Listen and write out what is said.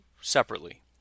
separately